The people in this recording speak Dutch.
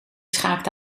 schaakte